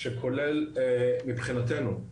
שכולל מבחינתנו,